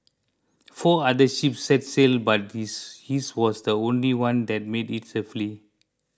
four other ships set sail but his his was the only one that made it safely